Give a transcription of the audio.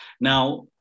Now